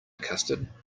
custard